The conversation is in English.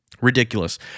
Ridiculous